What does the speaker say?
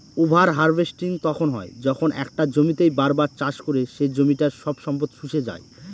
over harvesting তখন হয় যখন একটা জমিতেই বার বার চাষ করে সে জমিটার সব সম্পদ শুষে যাই